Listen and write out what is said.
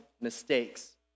mistakes